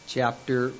Chapter